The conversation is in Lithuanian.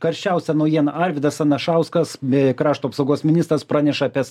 karščiausią naujieną arvydas anašauskas ė krašto apsaugos ministras praneša kas